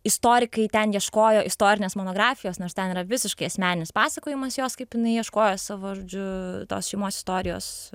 istorikai ten ieškojo istorinės monografijos nors ten yra visiškai asmeninis pasakojimas jos kaip jinai ieškojo savo žodžiu tos šeimos istorijos